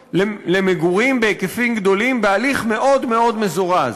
למגורים בהיקפים גדולים בהליך מאוד מאוד מזורז.